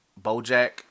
Bojack